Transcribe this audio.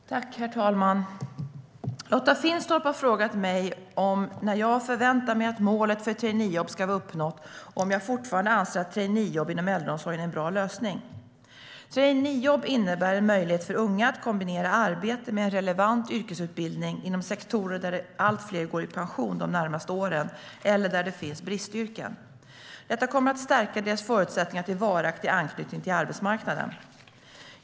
Svar på interpellationer Herr talman! Lotta Finstorp har frågat mig om när jag förväntar mig att målet för traineejobb ska vara uppnått och om jag fortfarande anser att traineejobb inom äldreomsorgen är en bra lösning. Traineejobb innebär en möjlighet för unga att kombinera arbete med en relevant yrkesutbildning inom sektorer där allt fler går i pension de närmaste åren eller där det finns bristyrken. Detta kommer att stärka deras förutsättningar till varaktig anknytning till arbetsmarknaden.